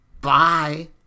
bye